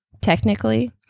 technically